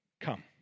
come